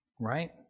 Right